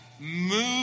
move